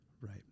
right